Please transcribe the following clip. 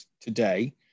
today